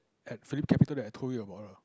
at Philip Capital that I told you about lah